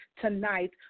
tonight